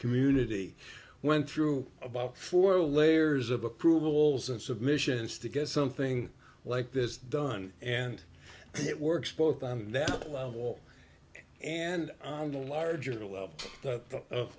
community went through about four layers of approvals and submissions to get something like this done and it works both on that level and on the larger level of